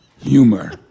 humor